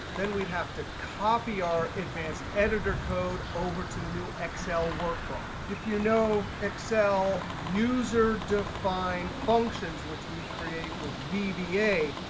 then we'd have to copy our advanced editor code over to the new excel workbook. if you know excel user defined functions, which we create with vba,